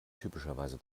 typischerweise